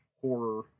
Horror